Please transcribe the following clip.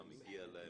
מה מגיע להם,